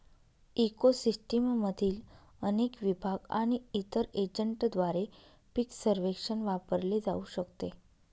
eco सिस्टीममधील अनेक विभाग आणि इतर एजंटद्वारे पीक सर्वेक्षण वापरले जाऊ शकते